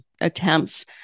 attempts